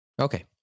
Okay